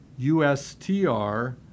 USTR